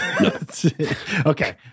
Okay